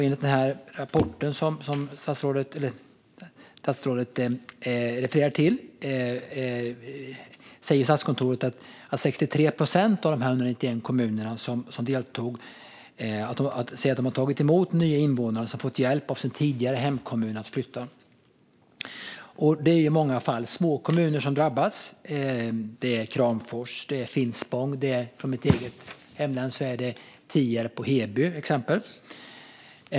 Enligt den rapport från Statskontoret som statsrådet refererar till säger 63 procent av de 191 kommuner som deltog att de har tagit emot nya invånare som har fått hjälp av sin tidigare hemkommun att flytta. Det är i många fall små kommuner som drabbas, till exempel Kramfors, Finspång och från mitt hemlän Tierp och Heby.